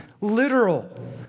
Literal